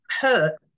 hurt